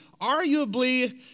arguably